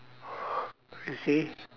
you see